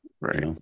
Right